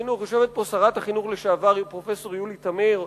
יושבת פה שרת החינוך לשעבר פרופסור יולי תמיר.